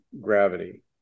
gravity